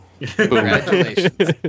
Congratulations